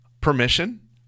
permission